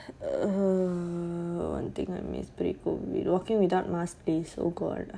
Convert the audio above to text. err walking without mask please oh god